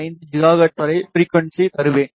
5 gigahertz வரை frequency தருவேன்